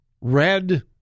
red